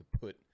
put